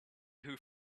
who